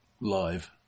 live